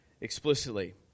explicitly